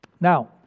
Now